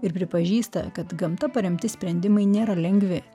ir pripažįsta kad gamta paremti sprendimai nėra lengvi